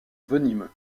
venimeux